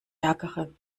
ärgere